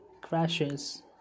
crashes